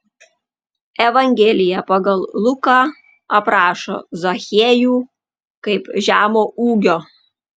evangelija pagal luką aprašo zachiejų kaip žemo ūgio